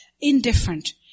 indifferent